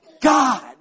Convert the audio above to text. God